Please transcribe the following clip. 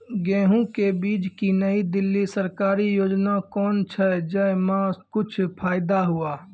गेहूँ के बीज की नई दिल्ली सरकारी योजना कोन छ जय मां कुछ फायदा हुआ?